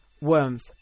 Worms